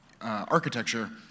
architecture